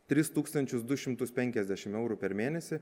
tris tūkstančius du šimtus penkiasdešim eurų per mėnesį